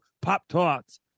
Pop-Tarts